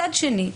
מצד שני,